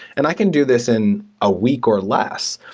and i can do this in a week or less.